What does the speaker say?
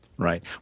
Right